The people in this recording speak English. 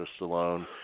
Stallone